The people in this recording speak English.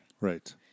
Right